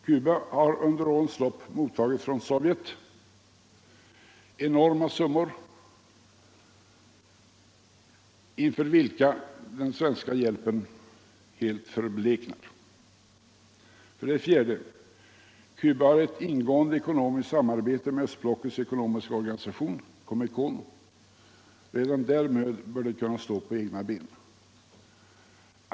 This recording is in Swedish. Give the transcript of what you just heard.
Cuba har under årens lopp från Sovjet mottagit enorma summor, inför vilka den svenska hjälpen helt förbleknar. 4. Cuba har ett ingående ekonomiskt samarbete med östblockets ekonomiska organisation. Comecon, och redan därmed bör landet kunna stå på egna ben.